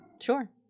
Sure